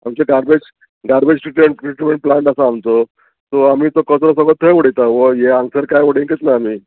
आमचे garbage garbage treat treatment plant आसा आमचो सो आमी तो कचरो सगळो थंय उडयता वो हें हांगसर कांय उडयत ना आमी